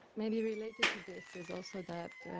maybe related to this is also that